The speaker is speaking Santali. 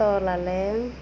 ᱛᱚᱞᱟᱞᱮ